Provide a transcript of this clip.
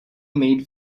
made